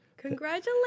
Congratulations